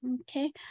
Okay